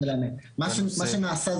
מה שנעשה,